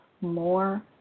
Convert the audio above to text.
more